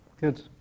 Good